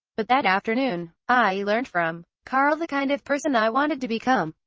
but that afternoon, i learned from carl the kind of person i wanted to become.